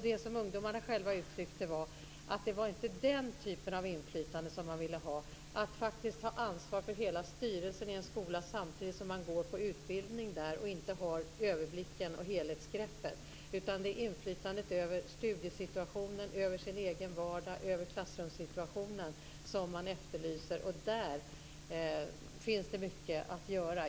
Det som ungdomarna själva uttryckte var att det inte var den typen av inflytande som de ville ha, att faktiskt ta ansvar för hela styrelsen i en skola samtidigt som de går på en utbildning där och inte har överblicken och helhetsgreppet utan att det är inflytandet över studiesituationen, över den egna vardagen och över klassrumssituationen som de efterlyser. Och där finns det mycket att göra.